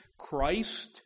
Christ